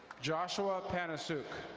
joshua panasook.